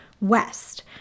west